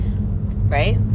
right